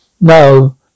No